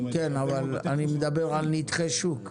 כן אבל אני מדבר על נתחי שוק.